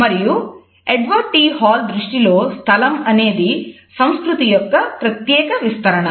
మరియు Edward T Hall దృష్టిలో స్థలం అనేది సంస్కృతి యొక్క ప్రత్యేక విస్తరణ